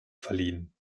verliehen